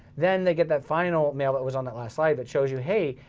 then they get that final mail that was on that last slide that shows you, hey,